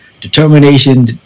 determination